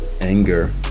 anger